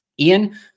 Ian